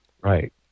Right